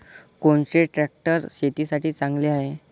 कोनचे ट्रॅक्टर शेतीसाठी चांगले हाये?